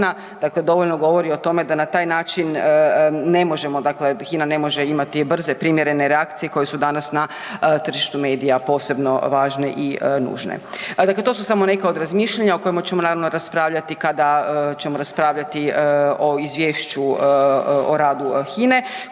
dakle dovoljno govori o tome da na taj način ne možemo HINA ne može imati brze, primjerene reakcije koje su danas na tržištu medija posebno i važne i nužne. Dakle, to su samo neka od razmišljanja o kojima ćemo naravno raspravljati kada ćemo raspravljati o izvješću o radu HINA-e